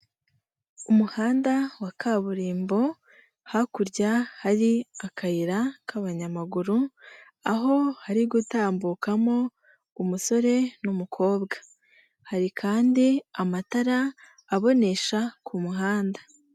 Umuhanda wa kaburimbo hakurya hari akayira k'abanyamaguru aho hari gutambukamo umusore n'umukobwa, hari kandi amatara abonesha ku muhanda.